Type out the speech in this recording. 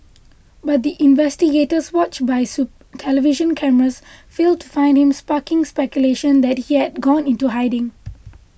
but the investigators watched by television cameras failed to find him sparking speculation that he had gone into hiding